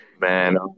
man